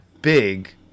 big